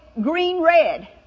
green-red